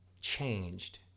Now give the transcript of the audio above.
changed